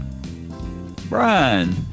Brian